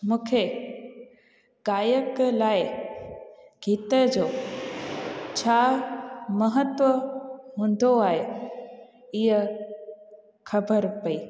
मूंखे गायक लाइ गीत जो छा महत्व हूंदो आहे इहा ख़बर पई